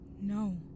No